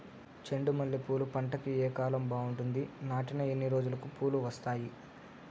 చెండు మల్లె పూలు పంట కి ఏ కాలం బాగుంటుంది నాటిన ఎన్ని రోజులకు పూలు వస్తాయి